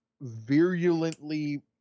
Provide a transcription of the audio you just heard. virulently